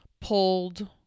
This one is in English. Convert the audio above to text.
pulled